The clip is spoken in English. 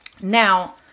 now